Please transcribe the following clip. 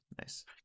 nice